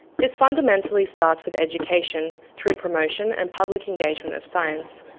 this fundamentally starts with education through promotion and public engagement of science,